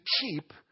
keep